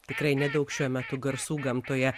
tikrai nedaug šiuo metu garsų gamtoje